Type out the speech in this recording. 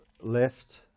left